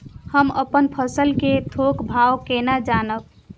हम अपन फसल कै थौक भाव केना जानब?